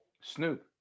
Snoop